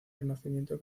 renacimiento